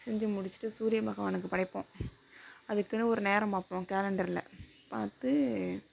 செஞ்சு முடிச்சிட்டு சூரிய பகவானுக்கு படைப்போம் அதுக்குன்னு ஒரு நேரம் பார்ப்போம் கேலண்டர்ல பார்த்து